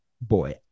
boy